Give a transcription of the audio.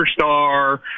superstar